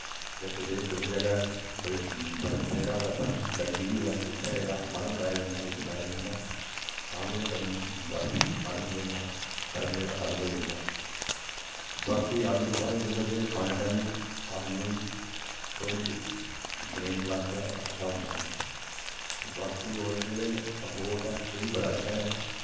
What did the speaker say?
जां कुसै कुस जगह कोई बर्म पेदा होये बर्म लग्गी दी होये उत्थें एह्दा मल्हम लाया जंदा उसी लाया जंदा तां गै एह्दे कन्नै बर्म जेह्ड़ा मल्हम जेह्ड़ा बर्म जेह्ड़ा खत्म होई जंदा बाकी आलू बखारे दुए त्रिये खाने कन्नै आदमिये गी थोह्ड़ी ब्रेन बास्तै अच्छा होंदा ऐ बाकी होर जेह्ड़े अखरोट ऐ एह् बी बड़ा अच्छा ऐ